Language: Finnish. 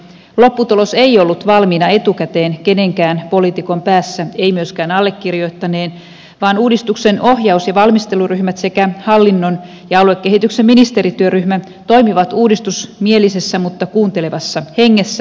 lopputulos ei ollut valmiina etukäteen kenenkään poliitikon päässä ei myöskään allekirjoittaneen vaan uudistuksen ohjaus ja valmisteluryhmät sekä hallinnon ja aluekehityksen ministerityöryhmä toimivat uudistusmielisessä mutta kuuntelevassa hengessä